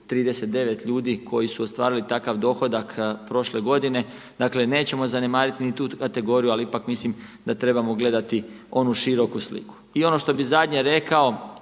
1.039 ljudi koji su ostvarili takav dohodak prošle godine. Dakle, nećemo zanemariti ni tu kategoriju, ali ipak mislim da trebamo gledati onu široku sliku. I ono što bih zadnje rekao,